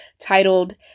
titled